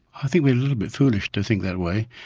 think we're a little bit foolish to think that way.